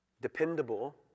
dependable